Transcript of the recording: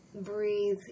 breathe